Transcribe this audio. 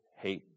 hate